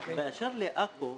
באשר לעכו,